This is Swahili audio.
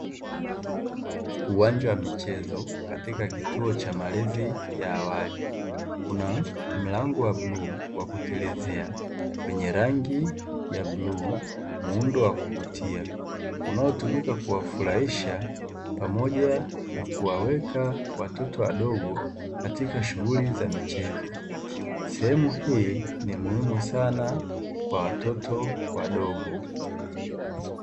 Uwanja wa michezo katika kituo cha malezi ya awali. Kuna mlango wa bluu wa kutelezea wenye rangi ya bluu, muundo wa kuvutia, unaotumika kuwafurahisha pamoja na kuwaweka watoto wadogo katika shughuli za michezo. Sehemu hii ni muhimu sana kwa watoto wadogo.